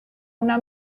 una